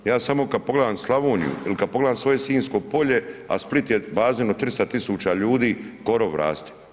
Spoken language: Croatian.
Ja samo kad pogledam Slavoniju ili kad pogledam svoje Sinjsko polje, a Split je bazen od 300.000 ljudi, korov raste.